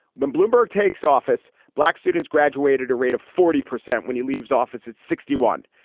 when bloomberg takes office, black students graduate at a rate of forty percent when he leaves office at sixty one.